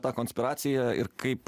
tą konspiraciją ir kaip